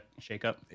shakeup